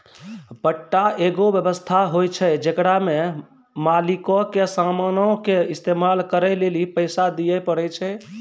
पट्टा एगो व्य्वस्था होय छै जेकरा मे मालिको के समानो के इस्तेमाल करै लेली पैसा दिये पड़ै छै